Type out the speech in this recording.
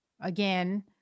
again